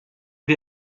wir